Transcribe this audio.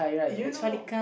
you know